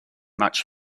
much